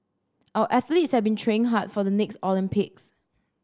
our athletes have been training hard for the next Olympics